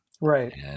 right